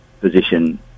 position